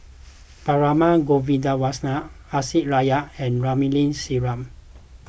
Perumal Govindaswamy Aisyah Lyana and Ramli Sarip